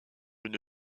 une